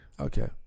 Okay